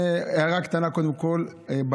הערה קטנה: קודם כול,